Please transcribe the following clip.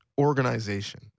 organization